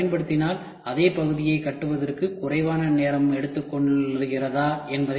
நீங்கள் அதைப் பயன்படுத்தினால் அதே பகுதியைக் கட்டுவதற்கு குறைவான நேரம் எடுத்துக் கொள்கிறதா